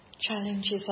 challenges